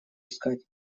искать